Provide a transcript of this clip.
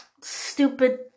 stupid